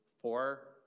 four